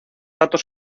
datos